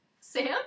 Sam